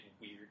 weird